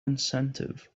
incentive